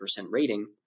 rating